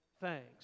thanks